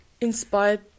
inspired